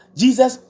jesus